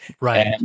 Right